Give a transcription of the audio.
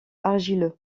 argileux